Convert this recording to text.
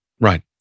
Right